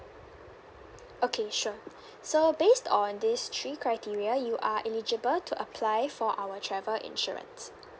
okay sure so based on these three criteria you are eligible to apply for our travel insurance